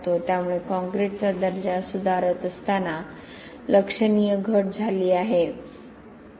त्यामुळे कॉंक्रिटचा दर्जा सुधारत असताना लक्षणीय घट झाली आहे